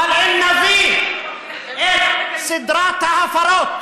אבל אם נביא את סדרת ההפרות